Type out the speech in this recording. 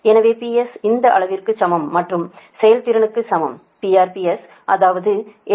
எனவே PS இந்த அளவிற்கு சமம் மற்றும் செயல்திறன்க்கு சமம் PRPS அதாவது 8085